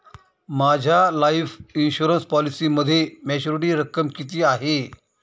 माझ्या life insurance पॉलिसीमध्ये maturity रक्कम किती आहे?